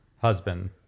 husband